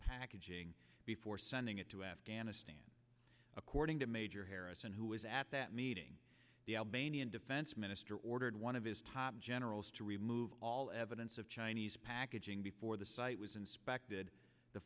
packaging before sending it to afghanistan according to major harrison who was at that meeting the albanian defense minister ordered one of his top generals to remove all evidence of chinese packaging before the site was inspected the